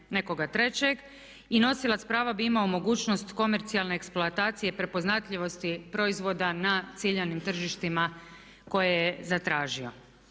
i nosilac prava bi imao mogućnost komercijalne eksploatacije i prepoznatljivosti proizvoda na ciljanim tržištima koje je zatražio.